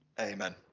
Amen